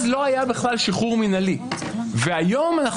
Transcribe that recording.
אז לא היה בכלל שחרור מינהלי והיום אנחנו